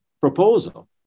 proposal